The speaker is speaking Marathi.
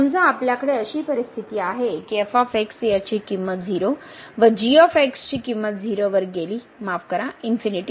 समजा आपल्याकडे अशी परिस्थिती आहे की f याची किंमत 0 व g ची किंमत 0 वर गेली माफ करा इन्फिनिटी